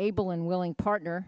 able and willing partner